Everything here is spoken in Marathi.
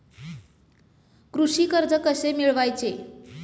कृषी कर्ज कसे मिळवायचे?